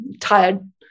tired